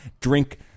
drink